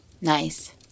Nice